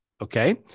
Okay